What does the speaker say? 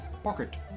pocket